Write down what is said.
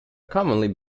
commonly